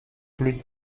plus